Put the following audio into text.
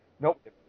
Nope